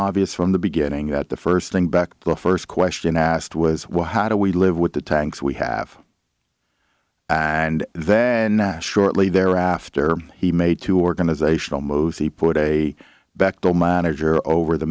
obvious from the beginning that the first thing back the first question asked was well how do we live with the tanks we have and then nash ortley thereafter he made two organizational moves he put a backdoor manager over the